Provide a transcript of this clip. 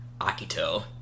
akito